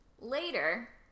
Later